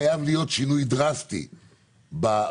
חייב להיות שינוי דרסטי בהשקעה.